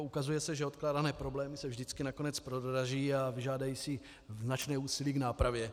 Ukazuje se, že odkládané problémy se vždycky nakonec prodraží a vyžádají si značné úsilí k nápravě.